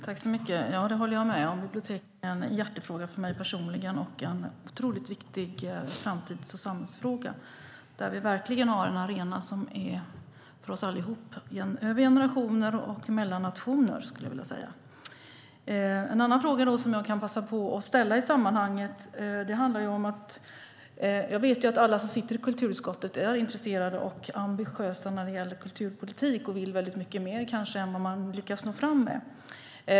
Herr talman! Ja, det håller jag med om - bibliotek är en hjärtefråga för mig personligen och en otroligt viktig framtids och samhällsfråga. Där har vi verkligen en arena som är för oss alla över generationer och mellan nationer. Jag kan passa på att ställa en annan fråga i sammanhanget. Jag vet att alla som sitter i kulturutskottet är intresserade och ambitiösa när det gäller kulturpolitik och kanske vill mycket mer än vad man lyckas nå fram med.